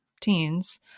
teens